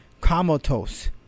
comatose